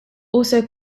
also